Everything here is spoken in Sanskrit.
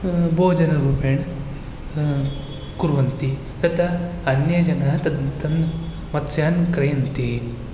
भोजनरूपेण कुर्वन्ति तथा अन्ये जनाः तत् तन् मत्स्यान् क्रयन्ति